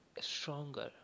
stronger